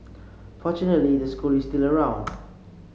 fortunately the school is still around